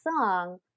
song